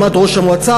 עמד ראש המועצה,